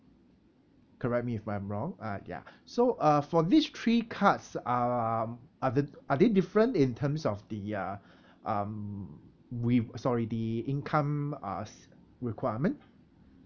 correct me if I'm wrong uh ya so uh for this three cards um are the are they different in terms of the uh um we sorry the income uh requirement